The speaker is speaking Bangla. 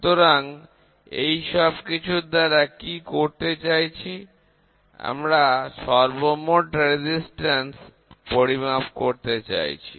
সুতরাং এই সব কিছু দ্বারা কি করতে চাইছি আমরা সর্বমোট প্রতিরোধ পরিমাপ করতে চাইছি